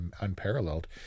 unparalleled